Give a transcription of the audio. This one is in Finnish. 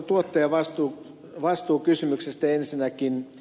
tuosta tuottajavastuukysymyksestä ensinnäkin